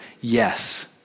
Yes